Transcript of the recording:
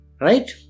right